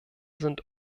sind